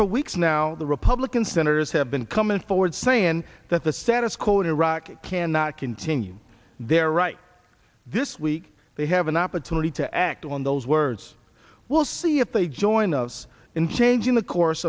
for weeks now the republican senators have been coming forward saying that the status quo in iraq cannot continue their right this week they have an opportunity to act on those words we'll see if they join us in changing the course